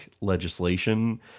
legislation